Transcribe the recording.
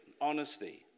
honesty